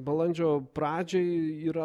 balandžio pradžioj yra